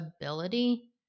ability